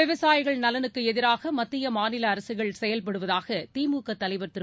விவசாயிகள் நலனுக்கு எதிராக மத்திய மாநில அரசுகள் செயல்படுவதாக திமுக தலைவர் திரு